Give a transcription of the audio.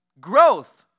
Growth